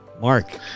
mark